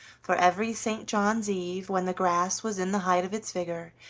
for every st. john's eve, when the grass was in the height of its vigor,